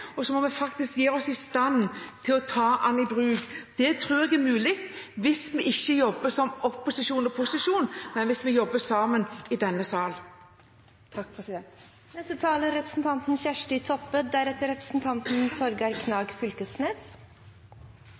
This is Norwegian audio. og så må vi faktisk gjøre oss i stand til å ta den i bruk. Det tror jeg er mulig hvis vi ikke jobber som opposisjon og posisjon og heller jobber sammen i denne sal. Mobil helseteknologi og velferdsteknologi er